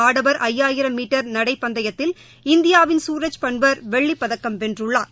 ஆடவர் ஐயாயிரம் மீட்டர் நடை பந்தயத்தில் இந்தியாவின் குரஜ் பன்வர் வெள்ளிப்பதக்கம் வென்றுள்ளார்